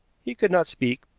he could not speak,